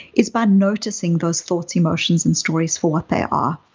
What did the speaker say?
is by noticing those thoughts, emotions, and stories for what they are.